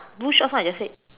blue shorts one I just said